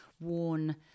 worn